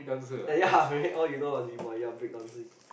ya right all you know B-Boy ya break dancing